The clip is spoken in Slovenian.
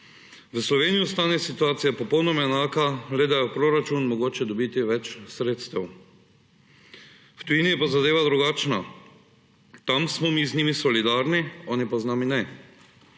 V Sloveniji ostane situacija popolnoma enaka, le da je v proračun mogoče dobiti več sredstev. V tujini je pa zadeva drugačna – tam smo mi z njimi solidarni, oni pa z nami ne.